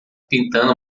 pintando